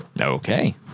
Okay